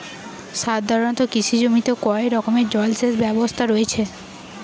সাধারণত কৃষি জমিতে কয় রকমের জল সেচ ব্যবস্থা রয়েছে?